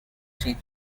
she